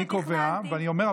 אני קובע ואני אומר.